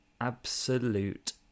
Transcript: absolute